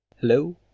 Hello